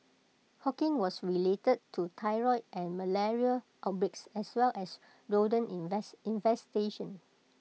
hawking was related to typhoid and malaria outbreaks as well as rodent infestations